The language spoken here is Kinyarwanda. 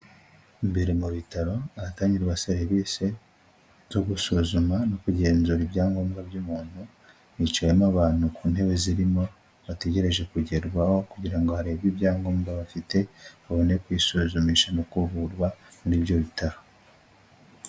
Imbere mu bitaro ahatangirwa serivisi zo gusuzuma no kugenzura ibyangombwa by'umuntu, hicayemo abantu ku ntebe zirimo bategereje kugerwaho kugira ngo harebwe ibyangombwa bafite babone kwisuzumisha no kuvurwa muri ibyo bitaro.